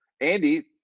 Andy